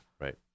Right